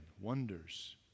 wonders